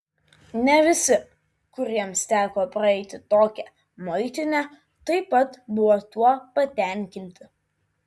ne visi kuriems teko praeiti tokią muitinę taip pat buvo tuo patenkinti